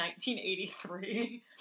1983